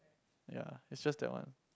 ya is just that one